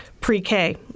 pre-K